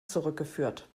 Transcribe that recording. zurückgeführt